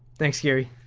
thanks gary.